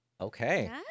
Okay